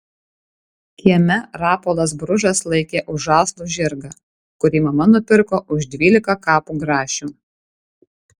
kieme rapolas bružas laikė už žąslų žirgą kurį mama nupirko už dvylika kapų grašių